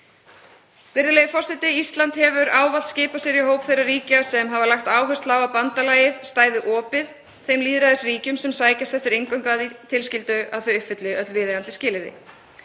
Virðulegur forseti. Ísland hefur ávallt skipað sér í hóp þeirra ríkja sem hafa lagt áherslu á að bandalagið stæði opið þeim lýðræðisríkjum sem sækjast eftir inngöngu að því tilskildu að þau uppfylli öll viðeigandi skilyrði.